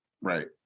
Right